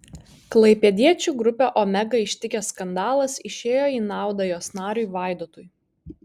klaipėdiečių grupę omega ištikęs skandalas išėjo į naudą jos nariui vaidotui